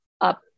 up